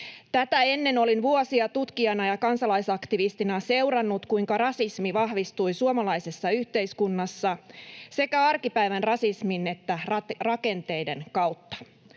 Tätä ennen olin vuosia tutkijana ja kansalaisaktivistina seurannut, kuinka rasismi vahvistui suomalaisessa yhteiskunnassa sekä arkipäivän rasismin että rakenteiden kautta.